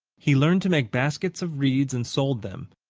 he learned to make baskets of reeds and sold them.